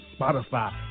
Spotify